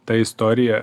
ta istorija